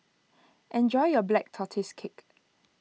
enjoy your Black Tortoise Cake